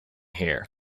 here